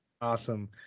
Awesome